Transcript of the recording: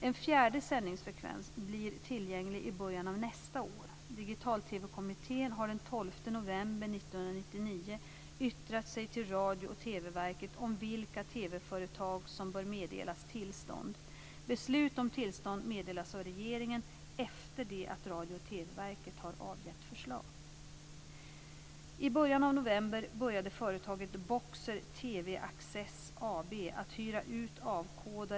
En fjärde sändningsfrekvens blir tillgänglig i början av nästa år. Digital-TV-kommittén har den 12 november 1999 yttrat sig till Radio och TV-verket om vilka TV-företag som bör meddelas tillstånd. Beslut om tillstånd meddelas av regeringen efter det att Radio och TV-verket har avgett förslag. TV.